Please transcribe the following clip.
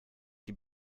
die